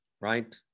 Right